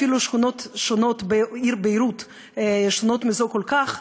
אפילו שכונות בעיר ביירות שונות זו מזו כל כך,